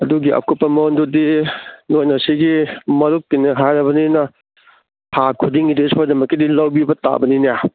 ꯑꯗꯨꯒꯤ ꯑꯀꯨꯞꯄ ꯃꯔꯣꯟꯗꯨꯗꯤ ꯅꯣꯏꯅ ꯁꯤꯒꯤ ꯃꯔꯨꯞꯀꯤꯅꯦ ꯍꯥꯏꯔꯕꯅꯤꯅ ꯊꯥ ꯈꯨꯗꯤꯡꯒꯤꯗꯤ ꯁꯣꯏꯗꯅꯃꯛꯀꯤꯗꯤ ꯂꯧꯕꯤꯕ ꯇꯥꯕꯅꯤꯅꯦ